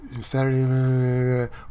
saturday